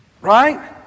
Right